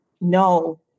no